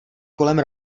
kolem